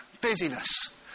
Busyness